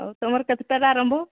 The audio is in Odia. ଆଉ ତୁମର କେତେଟାରେ ଆରମ୍ଭ